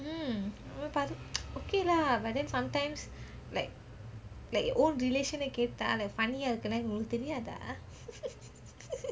mm okay lah but then sometimes like like old relation கேட்டா:ketaa like funny ah இருக்குலே உங்களுக்கு தெரியாதா:irukulle ungeluku theriyaathaa